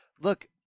look